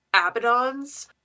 Abaddon's